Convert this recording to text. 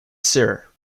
cyr